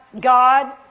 God